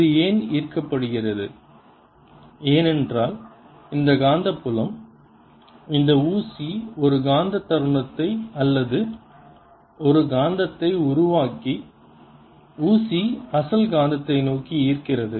இது ஏன் ஈர்க்கப்படுகிறது ஏனென்றால் இந்த காந்தப்புலம் இந்த ஊசி ஒரு காந்த தருணத்தை அல்லது ஒரு காந்தத்தை உருவாக்கி ஊசி அசல் காந்தத்தை நோக்கி ஈர்க்கிறது